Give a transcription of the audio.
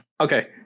okay